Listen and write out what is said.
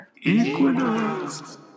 Equinox